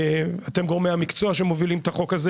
אתם גורמי המקצוע שמובילים את החוק הזה,